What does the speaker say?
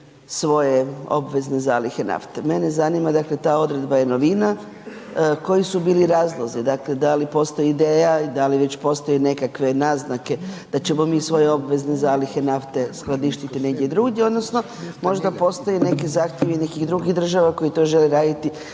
svoje obvezne zalihe nafte. Mene zanima, dakle ta odredba je novina, koji su bili razlozi, dakle da li postoji ideja i da li već postoje i nekakve naznake da ćemo mi svoje obvezne zalihe nafte skladištiti negdje drugdje odnosno možda postoje neki zahtjevi nekih drugih država koji to žele raditi